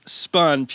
spun